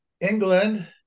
England